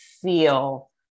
feel